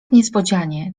niespodzianie